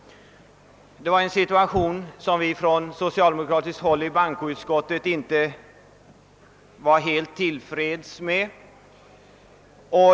Från socialdemokratiskt håll inom bankoutskottet var vi inte helt till freds med den situationen.